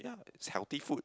yeah it's healthy food